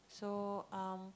so um